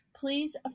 Please